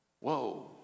Whoa